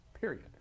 period